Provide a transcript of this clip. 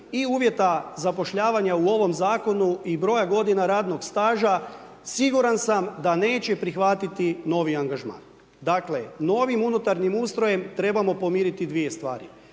i uvjeta zapošljavanja u ovom zakonu i broja godina radnog staža siguran sam da neće prihvatiti novi angažman. Dakle, novim unutarnjim ustrojem trebamo pomiriti dvije stvari